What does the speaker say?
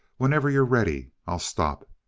whenever you're ready i'll stop.